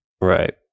Right